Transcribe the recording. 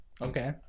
Okay